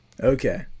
Okay